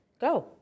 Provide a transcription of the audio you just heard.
Go